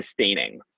sustaining